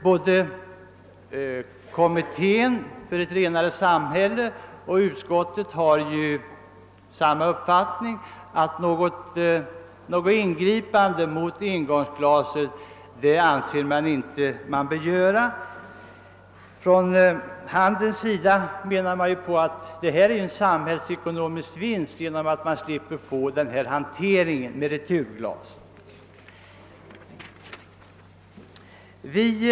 Både Kommittén för ett renare samhälle och utskottet anser att något ingripande mot engångsglasen inte bör göras. Från handelns sida gör man gällande att dessa innebär en samhällsekonomisk vinst, eftersom man slipper de hanteringskostnader som returglas kräver.